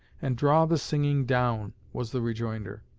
and draw the singing down was the rejoinder.